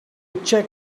check